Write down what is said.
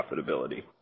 profitability